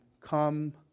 Come